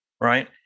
Right